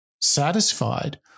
satisfied